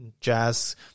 Jazz